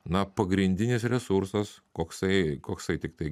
na pagrindinis resursas koksai koksai tiktai